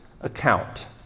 account